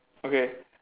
okay